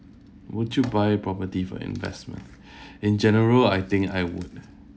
would you buy property for investment in general I think I would